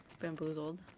bamboozled